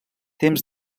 temps